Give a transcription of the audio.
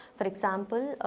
but example,